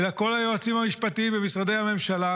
אלא כל היועצים המשפטיים במשרדי הממשלה,